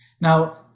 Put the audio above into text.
Now